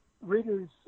readers